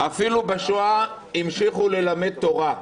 "אפילו בשואה המשיכו ללמד תורה".